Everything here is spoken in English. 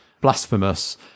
blasphemous